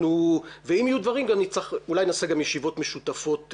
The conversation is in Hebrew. ואם יהיו דברים אולי נעשה גם ישיבות משותפות,